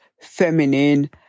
feminine